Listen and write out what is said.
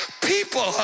People